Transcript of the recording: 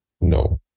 No